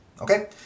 okay